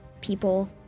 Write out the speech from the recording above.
people